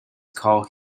called